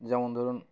যেমন ধরুন